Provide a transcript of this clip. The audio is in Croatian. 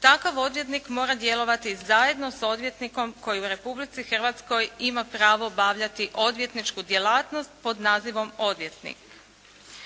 takav odvjetnik mora djelovati zajedno s odvjetnikom koji u Republici Hrvatskoj ima pravo obavljati odvjetničku djelatnost pod nazivom odvjetnik.